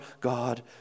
God